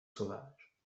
sauvage